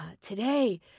today –